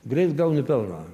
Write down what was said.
greit gauni pelną